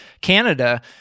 Canada